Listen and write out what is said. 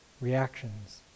reactions